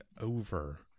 over